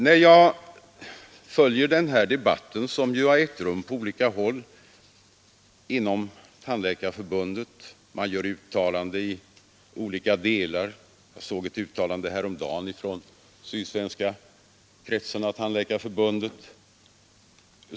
Jag har har följt den debatt som ägt rum på olika håll inom Tandläkarförbundet. Jag såg ett uttalande häromdagen från sydsvenska kretsen av Tandläkarförbundet.